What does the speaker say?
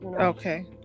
okay